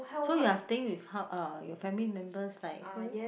so you're staying with her uh your family members like who